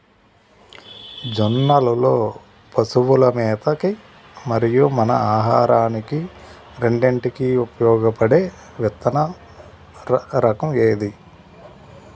జొన్నలు లో పశువుల మేత కి మరియు మన ఆహారానికి రెండింటికి ఉపయోగపడే విత్తన రకం ఏది?